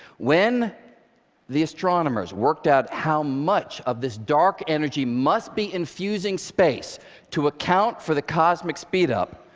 when the astronomers worked out how much of this dark energy must be infusing space to account for the cosmic speed up,